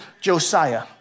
Josiah